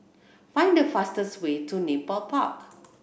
find the fastest way to Nepal Park